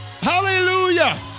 hallelujah